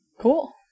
cool